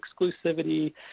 exclusivity